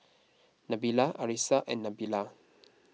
Nabila Arissa and Nabila